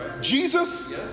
Jesus